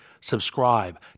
Subscribe